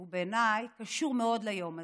והוא בעיניי קשור מאוד ליום הזה.